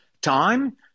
time